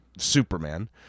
Superman